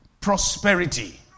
prosperity